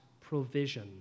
provision